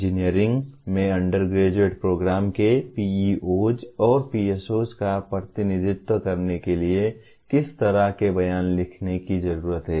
engineering में undergraduate programme के PEOs और PSOs का प्रतिनिधित्व करने के लिए किस तरह के बयान लिखने की जरूरत है